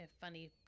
funny